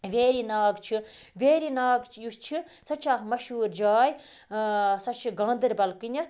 ویری ناگ چھُ ویری ناگ یُس چھِ سُہ تہِ چھِ اَکھ مشہوٗر جاے سۄ چھِ گاندربل کِنٮ۪تھ